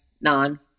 non